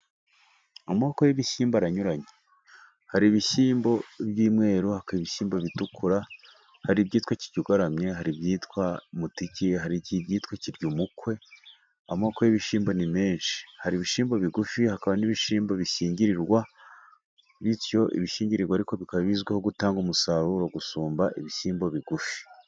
Amoko y'ibishyimbo aranyuranye: hari ibishyimbo by'umweru, hakaba ibishyimbo bitukura, hari ibyitwa kiryugaramye, hari ibyitwa mutiki, hari ibyitwa kiryumukwe, amoko y'ibishyimbo ni menshi. Hari ibishyimbo bigufi, hakaba n'ibishimbo bishyingirirwa, bityo ibishyingirirwa bikaba bizwiho gutanga umusaruro gusumba ibishyimbo bigufi.